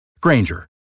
Granger